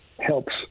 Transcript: helps